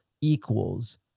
equals